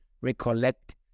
recollect